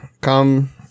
come